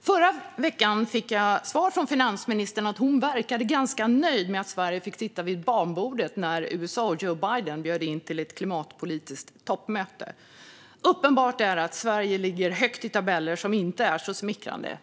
Förra veckan fick jag ett svar från finansministern där hon verkade ganska nöjd med att Sverige fick sitta vid barnbordet när USA och Joe Biden bjöd in till klimatpolitiskt toppmöte. Uppenbart är att Sverige ligger högt i tabeller som inte är så smickrande.